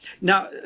Now